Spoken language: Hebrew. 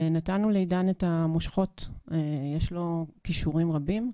ונתנו לעידן את המושכות, יש לו כישורים רבים,